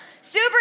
Super